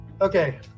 Okay